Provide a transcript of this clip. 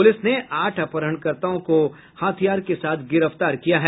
प्रलिस ने आठ अपहरणकर्ताओं को हथियार के साथ गिरफ्तार किया है